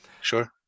Sure